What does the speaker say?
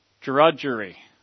Drudgery